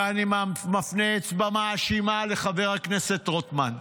ואני מפנה אצבע מאשימה לחבר הכנסת רוטמן,